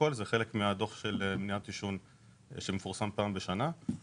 זה חלק מהדוח של מניעת עישון שמפורסם פעם בשנה.